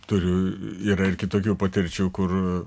turiu yra ir kitokių patirčių kur